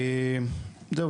זהו,